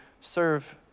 serve